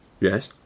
Yes